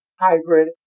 hybrid